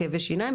כאבי שיניים,